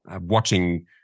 watching